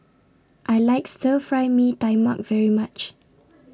I like Stir Fry Mee Tai Mak very much